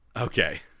Okay